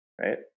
right